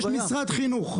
יש משרד חינוך,